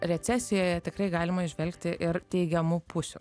recesijoje tikrai galima įžvelgti ir teigiamų pusių